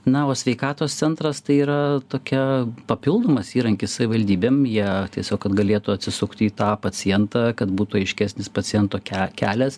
na o sveikatos centras tai yra tokia papildomas įrankis savivaldybėm jie tiesiog kad galėtų atsisukti į tą pacientą kad būtų aiškesnis paciento ke kelias